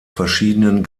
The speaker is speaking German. verschiedenen